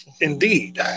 Indeed